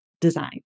design